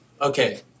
okay